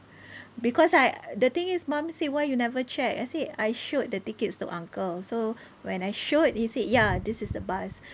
because I the thing is mum say why you never check I said I showed the tickets to uncle so when I showed he said ya this is the bus